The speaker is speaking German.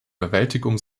bewältigung